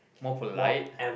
more polite